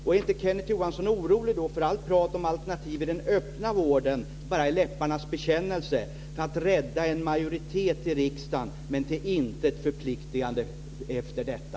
Och är inte Kenneth Johansson orolig för att allt prat om alternativ i den öppna vården bara är läpparnas bekännelse för att rädda en majoritet i riksdagen men till intet förpliktigande efter detta?